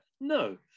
No